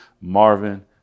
Marvin